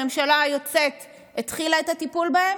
הממשלה היוצאת התחילה את הטיפול בהן,